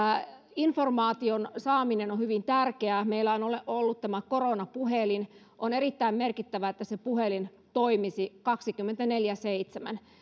informaation saaminen on hyvin tärkeää meillä on ollut tämä koronapuhelin on erittäin merkittävää että se puhelin toimisi kaksikymmentäneljä kautta seitsemän